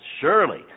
Surely